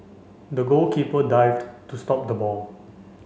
the goalkeeper dived to stop the ball